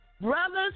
brothers